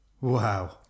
Wow